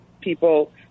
people